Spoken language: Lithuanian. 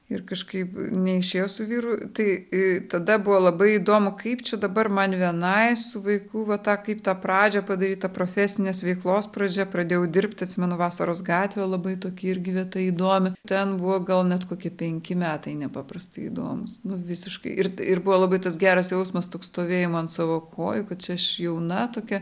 ir kažkaip neišėjo su vyru tai tada buvo labai įdomu kaip čia dabar man vienai su vaiku va tą kaip tą pradžią padaryt ta profesinės veiklos pradžia pradėjau dirbti atsimenu vasaros gatvę labai tokį irgi vieta įdomi ten buvo gal net kokie penki metai nepaprastai įdomūs nu visiškai ir ir buvo labai tas geras jausmas toks stovėjimo ant savo kojų kad čia aš jauna tokia